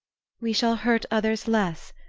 we shall hurt others less.